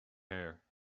hair